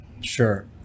Sure